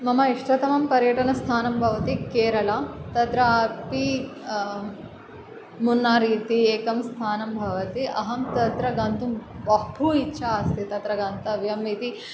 मम इष्टतमं पर्यटनस्थानं भवति केरळा तत्रापि मुन्नार् इति एकं स्थानं भवति अहं तत्र गन्तुं बहु इच्छा अस्ति तत्र गन्तव्यम् इति